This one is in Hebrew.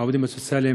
העובדים הסוציאליים,